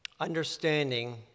Understanding